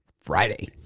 Friday